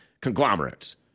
conglomerates